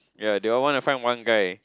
ya they all want to find one guy